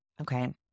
okay